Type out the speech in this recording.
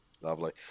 Lovely